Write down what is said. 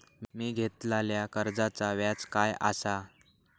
मी घेतलाल्या कर्जाचा व्याज काय आसा?